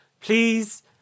please